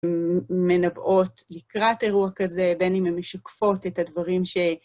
מנבאות לקראת אירוע כזה, בין אם הן משקפות את הדברים ש...